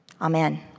amen